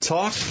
Talk